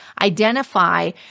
identify